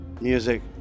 music